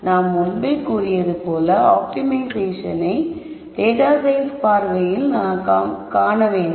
நான் முன்பே கூறியது போல ஆப்டிமைசேஷனை டேட்டா சயின்ஸ் பார்வையில் காண வேண்டும்